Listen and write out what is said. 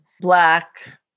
black